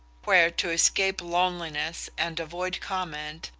where, to escape loneliness and avoid comment,